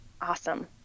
awesome